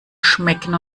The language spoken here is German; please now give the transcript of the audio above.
schmecken